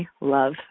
love